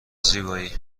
زیبایی